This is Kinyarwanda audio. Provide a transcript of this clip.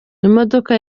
imodoka